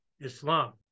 Islam